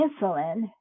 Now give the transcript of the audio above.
insulin